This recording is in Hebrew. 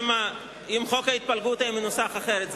שמא אם חוק ההתפלגות היה מנוסח אחרת,